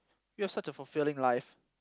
you've such a fulfilling life